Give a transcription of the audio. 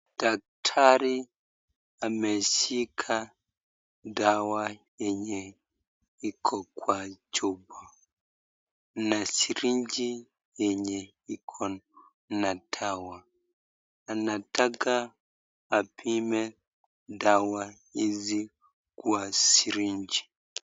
Daktari ameshika dawa yenye iko kwa chupa ni sirinji yenye ina dawa. Anataka kupima dawa hizi kwa sirinji.